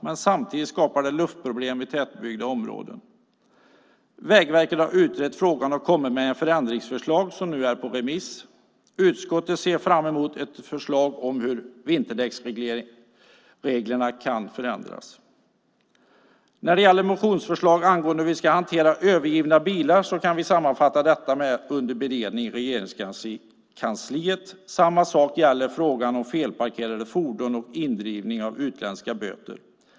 Men samtidigt skapar de luftproblem i tätbebyggda områden. Vägverket har utrett frågan och kommit med förändringsförslag som nu är på remiss. Utskottet ser fram emot ett förslag om hur vinterdäcksreglerna kan förändras. När det gäller motionsförslag angående hur vi ska hantera övergivna bilar kan vi sammanfatta detta med att det är under beredning i Regeringskansliet. Samma sak gäller frågan om felparkerade fordon och indrivning av utländska böter.